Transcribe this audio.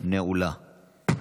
השנייה